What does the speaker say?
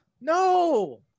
no